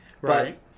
right